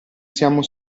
siamo